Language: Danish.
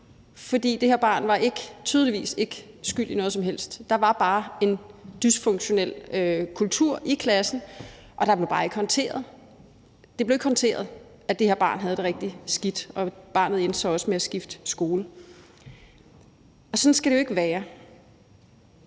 for det her barn var tydeligvis ikke skyld i noget som helst. Der var bare en dysfunktionel kultur i klassen, og det blev bare ikke håndteret. Det blev ikke håndteret, at det her barn havde det rigtig skidt, og barnet endte så også med at skifte skole. Sådan skal det jo ikke være.